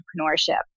entrepreneurship